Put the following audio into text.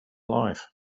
life